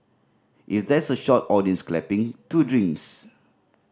if there's a shot of audience clapping two drinks